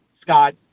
Scott